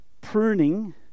pruning